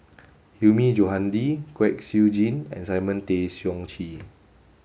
Hilmi Johandi Kwek Siew Jin and Simon Tay Seong Chee